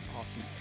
awesome